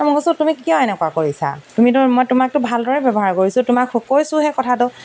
মই কৈছোঁ তুমি কিয় এনেকুৱা কৰিছা তুমিতো মই তোমাকতো ভালদৰে ব্যৱহাৰ কৰিছোঁ তোমাক কৈছোঁ সেই কথাটো